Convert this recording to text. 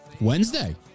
Wednesday